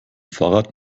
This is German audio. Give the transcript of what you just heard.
fahrrad